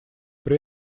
при